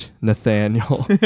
nathaniel